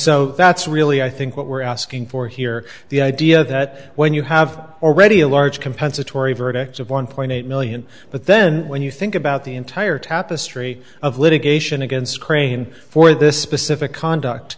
so that's really i think what we're asking for here the idea that when you have already a large compensatory verdicts of one point eight million but then when you think about the entire tapestry of litigation against crane for this specific conduct